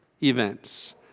events